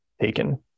taken